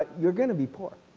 you are going to be poor.